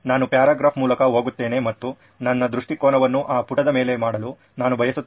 ನಾನು ಪ್ಯಾರಾಗ್ರಾಫ್ ಮೂಲಕ ಹೋಗುತ್ತೇನೆ ಮತ್ತು ನನ್ನ ದೃಷ್ಟಿಕೋನವನ್ನು ಆ ಪುಟದ ಮೇಲೆ ಮಾಡಲು ನಾನು ಬಯಸುತ್ತೇನೆ